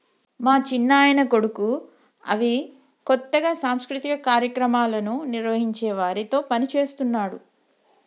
మా చిన్నాయన కొడుకు అవి కొత్తగా సాంస్కృతిక కార్యక్రమాలను నిర్వహించే వారితో పనిచేస్తున్నాడు